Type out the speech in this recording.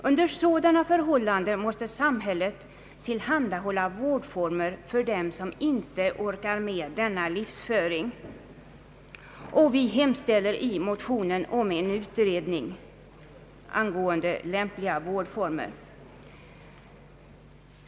Under sådana förhållanden måste samhället tillhandahålla vårdformer för dem som inte orkar med denna livsföring.» Vi hemställer i motionerna om en utredning angående lämpliga vårdformer.